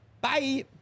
bye